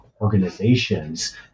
organizations